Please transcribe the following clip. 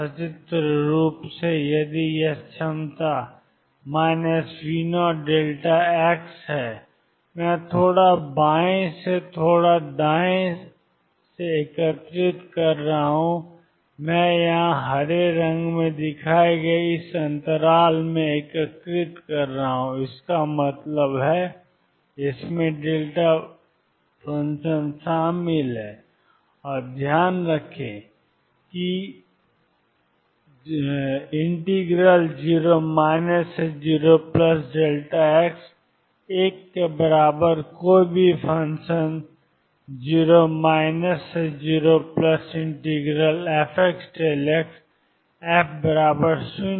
सचित्र रूप से यदि यह क्षमता है V0δ मैं थोड़ा बाएं से थोड़ा दाएं से एकीकृत कर रहा हूं मैं यहां हरे रंग से दिखाए गए इस अंतराल में एकीकृत कर रहा हूं इसका मतलब है इसमेंफंक्शन शामिल है और ध्यान रखें कि 0 0x1कोई भी फ़ंक्शन 0 0fδxf